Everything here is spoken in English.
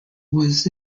was